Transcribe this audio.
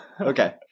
Okay